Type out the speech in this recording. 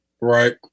right